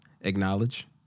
acknowledge